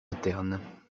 internes